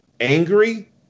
angry